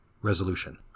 Resolution